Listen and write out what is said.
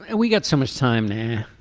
and we got so much time now.